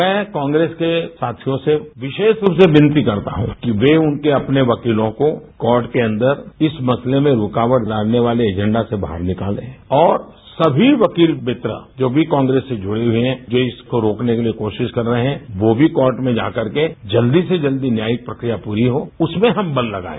मैं कांग्रेस के साथियों से विशेष रूप से विनती करता हूं कि ये उनके अपने वकीलों को कोर्ट के अंदर इस मसले में रूकावट डालने वाले एजेंडा से बाहर निकालें और सभी वकील मित्र जो भी कांग्रेस से जुड़े हुए हैं जो इसको रोकने के लिए कोशिश कर रहे हैं वो भी कोर्ट में जाकर के जल्दी से जल्दी जाकर न्यायिक प्रक्रिया पूरी हो उसमें हम बल लगाएं